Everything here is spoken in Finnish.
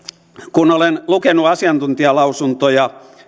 kun olen lukenut asiantuntijalausuntoja